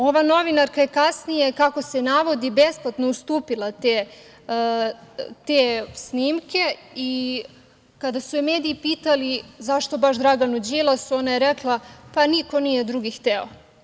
Ova novinarka je kasnije, kako se navodi, besplatno ustupila te snimke i kada su je mediji pitali zašto baš Draganu Đilasu, ona je rekla – pa, niko drugi nije hteo.